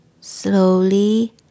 Slowly